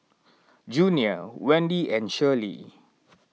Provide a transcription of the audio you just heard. Junior Wende and Shirlie